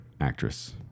actress